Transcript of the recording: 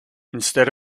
instead